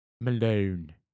Malone